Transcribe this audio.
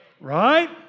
right